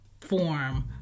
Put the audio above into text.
form